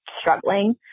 struggling